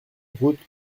route